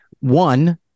One